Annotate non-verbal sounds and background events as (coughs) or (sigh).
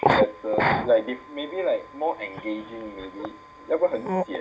(coughs)